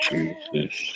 Jesus